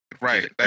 Right